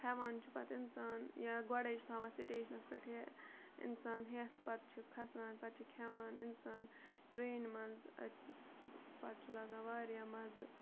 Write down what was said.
ہٮ۪وان چھُ پَتہٕ اِنسان یا گۄڈَے چھُ تھاوان سٕٹیشنَس پٮ۪ٹھٕ یا اِنسان ہٮ۪تھ پَتہٕ چھُ کھَسان پَتہٕ چھُ کھٮ۪وان اِنسان ٹرینہِ منٛز پَتہٕ چھُ لَگان واریاہ مَزٕ